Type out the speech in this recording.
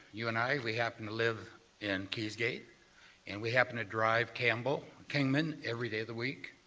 you and i, we happen to live in keys gate and we happen to drive campbell, kingman everyday of the week.